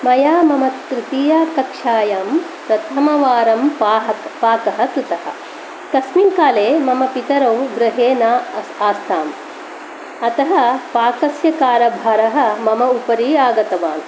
मया मम तृतीया कक्षायां प्रथमवारं पाहद् पाकः कृतः तस्मिन् काले मम पितरौ गृहे न आस्ताम् अतः पाकस्य कारभारः मम उपरि आगतवान्